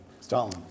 Stalin